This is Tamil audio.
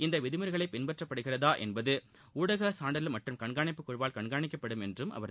இந்த விதிமுறைகள் பின்பற்ற படுகிறதாக என்பது ஊடக சான்றிதழ் மற்றும் கண்காணிப்பு குழுவால் கவனிக்கப்படும் என்றார் அவர்